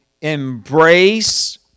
embrace